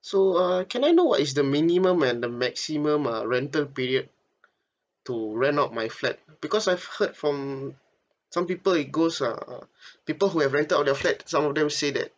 so uh can I know what is the minimum and the maximum uh rental period to rent out my flat because I've heard from some people it goes uh people who have rented out their flat some of them say that